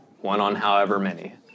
one-on-however-many